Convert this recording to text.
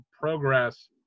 progress